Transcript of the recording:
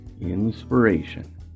INSPIRATION